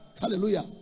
Hallelujah